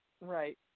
Right